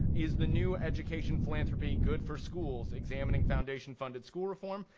is the new education philanthropy good for schools? examining foundation-funded school reform.